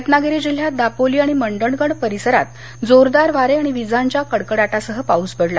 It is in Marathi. रत्नागिरी जिल्ह्यात दापोली आणि मंडणगड परिसरात जोरदार वारे आणि विजांच्या कडकडाटासह पाऊस पडला